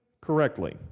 correctly